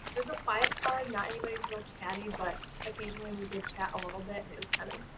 thier's a quiet card, not anybody's real chatty, but occasionally we did chat a little bit and it was kind of,